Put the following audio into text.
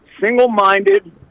single-minded